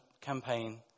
campaign